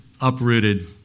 uprooted